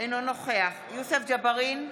אינו נוכח יוסף ג'בארין,